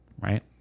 right